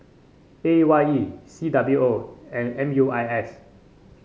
A Y E C W O and M U I S